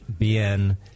BN